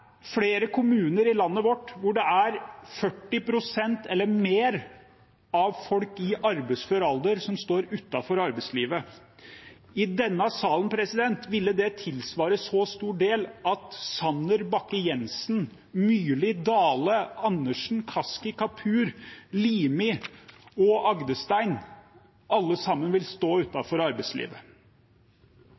flere kommuner i landet vårt hvor 40 pst. eller mer av folk i arbeidsfør alder står utenfor arbeidslivet. I denne salen ville det tilsvare en så stor del at Sanner, Bakke-Jensen, Myrli, Dale, Andersen, Kaski, Kapur, Limi og Agdestein alle sammen ville stå utenfor arbeidslivet.